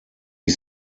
ich